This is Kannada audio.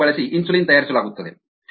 ಬ್ಯಾಕ್ಟೀರಿಯಂ ಬಳಸಿ ಇನ್ಸುಲಿನ್ ತಯಾರಿಸಲಾಗುತ್ತದೆ